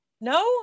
no